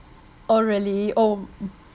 orh really oh